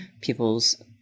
People's